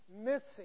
missing